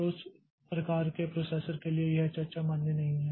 तो उस प्रकार के प्रोसेसर के लिए यह चर्चा मान्य नहीं है